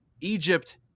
Egypt